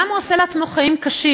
למה הוא עושה לעצמו חיים קשים?